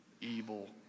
evil